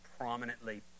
prominently